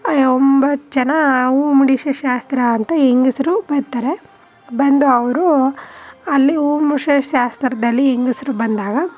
ಒಂಬತ್ತು ಜನ ಹೂ ಮುಡಿಸೋ ಶಾಸ್ತ್ರ ಅಂತ ಹೆಂಗಸ್ರು ಬರ್ತಾರೆ ಬಂದು ಅವರೂ ಅಲ್ಲಿ ಹೂ ಮುಡ್ಸೋ ಶಾಸ್ತ್ರದಲ್ಲಿ ಹೆಂಗಸ್ರು ಬಂದಾಗ